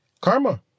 Karma